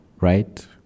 right